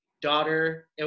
daughter